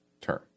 term